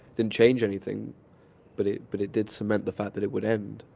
didn't change anything but it but it did cement the fact that it would end,